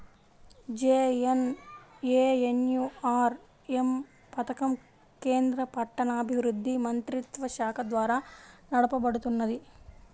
JNNURM పథకం కేంద్ర పట్టణాభివృద్ధి మంత్రిత్వశాఖ ద్వారా నడపబడుతున్నది